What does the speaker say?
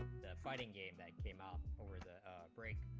fighting game that came out over the outbreak